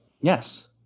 Yes